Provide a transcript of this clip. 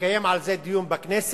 לקיים על זה דיון בכנסת,